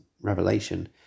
revelation